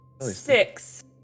Six